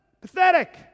pathetic